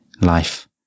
life